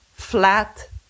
Flat